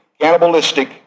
cannibalistic